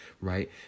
right